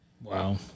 Wow